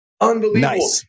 Unbelievable